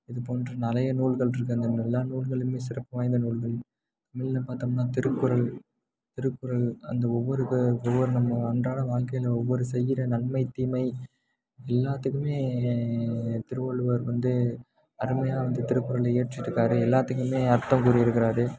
இதுபோன்று நிறைய நூல்கள் இருக்குது அந்த எல்லா நூல்களுமே சிறப்பு வாய்ந்த நூல்கள் தமிழ்ல பார்த்தம்ன்னா திருக்குறள் திருக்குறள் அந்த ஒவ்வொரு ஒவ்வொன்றும் நம்ம அன்றாட வாழ்க்கையில ஒவ்வொரு செய்கிற நன்மை தீமை எல்லாத்துக்குமே திருவள்ளுவர் வந்து அருமையாக வந்து திருக்குறளை இயற்றியிருக்காரு எல்லாத்துக்குமே அர்த்தம் கூறியிருக்குறாரு